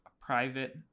private